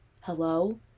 Hello